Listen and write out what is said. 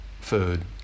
food